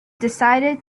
decided